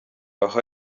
aho